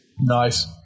nice